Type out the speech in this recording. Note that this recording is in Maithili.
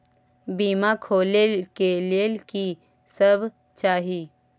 बीमा खोले के लेल की सब चाही?